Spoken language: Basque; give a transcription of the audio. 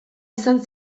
izan